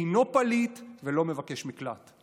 אינם פליטים ולא מבקשי מקלט,